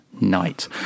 night